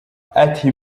ati